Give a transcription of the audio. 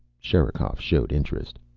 sherikov showed interest.